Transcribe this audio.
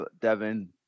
Devin